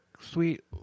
sweet